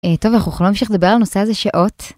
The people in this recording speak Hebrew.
טוב, אנחנו יכולים להמשיך לדבר על הנושא הזה שעות